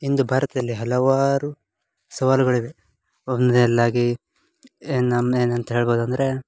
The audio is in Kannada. ಇಂದು ಭಾರತದಲ್ಲಿ ಹಲವಾರು ಸವಾಲುಗಳಿವೆ ಒಂದ್ನೆದಾಗಿ ಏನಮ್ ಏನಂತ ಹೇಳ್ಬೋದು ಅಂದರೆ